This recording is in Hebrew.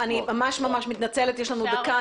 אני מתנצלת אבל יש לנו דקה.